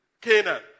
Canaan